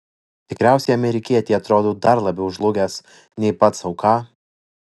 tikriausiai amerikietei atrodau dar labiau žlugęs nei pats sau ką